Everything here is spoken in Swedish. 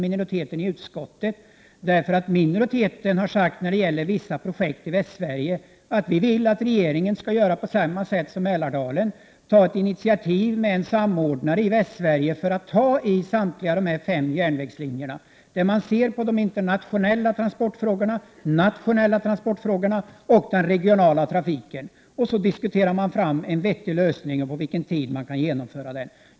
I frågan om vissa projekt i Västsverige har minoriteten sagt att den vill att regeringen skall göra på samma sätt som i Mälardalen — ta ett initiativ med en samordnare i Västsverige för samtliga fem järnvägslinjer. Man kan se på de internationella transportfrågorna, de nationella transportfrågorna och den regionala trafiken. Sedan kan man diskutera fram en bra lösning och hur lång tid den skall kunna genomföras på.